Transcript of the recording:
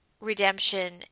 redemption